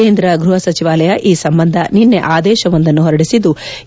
ಕೇಂದ್ರ ಗ್ಯಹಸಚಿವಾಲಯ ಈ ಸಂಬಂಧ ನಿನ್ನೆ ಆದೇಶವೊಂದನ್ನು ಹೊರಡಿಸಿದ್ಲು